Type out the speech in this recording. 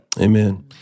Amen